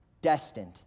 destined